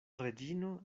reĝino